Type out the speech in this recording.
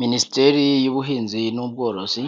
Minisiteri y'ubuhinzi n'ubworozi